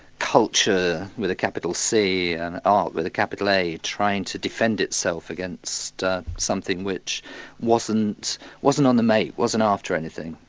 culture with a capital c and art with a capital a trying to defend itself against something which wasn't wasn't on the make, wasn't after anything,